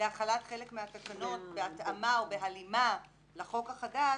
להחלת חלק מהתקנות בהתאמה או בהלימה לחוק החדש